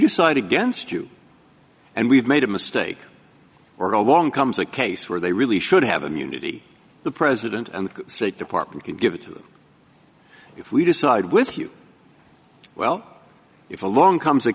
decide against you and we've made a mistake or along comes a case where they really should have immunity the president and the state department can give it to them if we decide with you well if along comes a